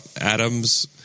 Adams